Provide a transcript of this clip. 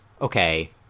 okay